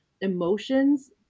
emotions